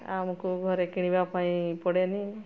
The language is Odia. ଆମକୁ ଘରେ କିଣିବା ପାଇଁ ପଡ଼େନି